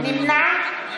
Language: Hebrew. אני